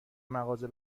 مغازه